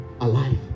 alive